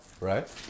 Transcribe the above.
right